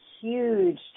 huge